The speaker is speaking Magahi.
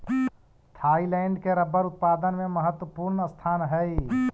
थाइलैंड के रबर उत्पादन में महत्त्वपूर्ण स्थान हइ